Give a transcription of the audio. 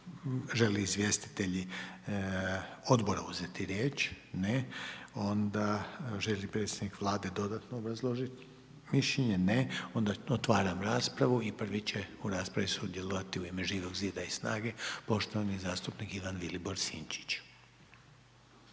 li izvjestitelji odbora uzeti riječ? Ne. Onda želi li predstavnik dodatno obrazložit mišljenje? Ne. Onda otvaram raspravu, i prvi će u raspravi sudjelovati u ime Živog zida i SNAGA-e, poštovani zastupnik Ivan Vilibor Sinčić.